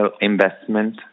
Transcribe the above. investment